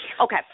Okay